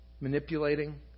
manipulating